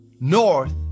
north